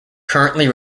currently